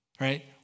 Right